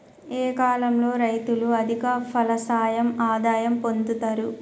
ఏ కాలం లో రైతులు అధిక ఫలసాయం ఆదాయం పొందుతరు?